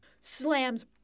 slams